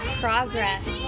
progress